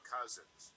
Cousins